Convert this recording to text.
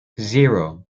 zero